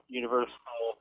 universal